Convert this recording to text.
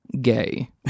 gay